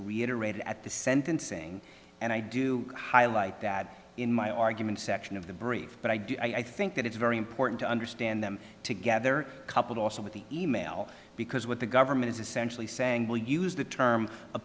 reiterated at the sentencing and i do highlight that in my argument section of the brief but i do i think that it's very important to understand them together coupled also with the e mail because what the government is essentially saying we'll use the term